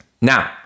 Now